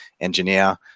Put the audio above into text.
engineer